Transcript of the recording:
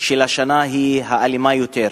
של השנה היא האלימה ביותר,